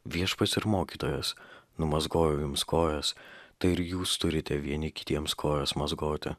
viešpats ir mokytojas numazgojau jums kojas tai ir jūs turite vieni kitiems kojas mazgoti